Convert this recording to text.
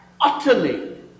utterly